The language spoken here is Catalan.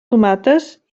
tomates